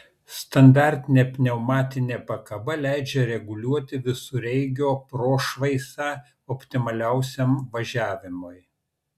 standartinė pneumatinė pakaba leidžia reguliuoti visureigio prošvaisą optimaliausiam važiavimui